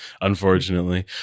Unfortunately